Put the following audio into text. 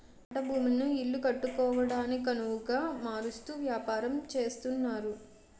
పంట భూములను ఇల్లు కట్టుకోవడానికొనవుగా మారుస్తూ వ్యాపారం చేస్తున్నారు